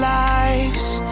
lives